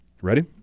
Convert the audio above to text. Ready